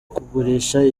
kugurisha